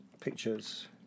pictures